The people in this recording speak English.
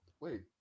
Wait